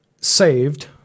saved